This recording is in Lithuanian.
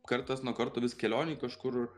kartas nuo karto vis kelionėj kažkur